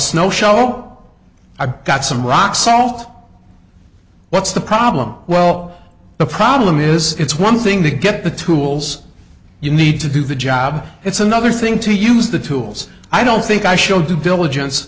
snow shallow i've got some rock salt what's the problem well the problem is it's one thing to get the tools you need to do the job it's another thing to use the tools i don't think i showed